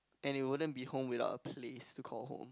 and it wouldn't be home without a place to call home